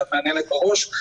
שאת מהנהנת בראש,